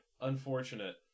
Unfortunate